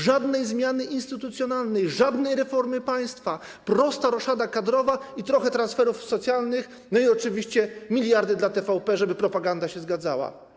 Żadnej zmiany instytucjonalnej, żadnej reformy państwa, prosta roszada kadrowa, trochę transferów socjalnych i oczywiście miliardy dla TVP, żeby propaganda się zgadzała.